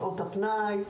בשעות הפנאי,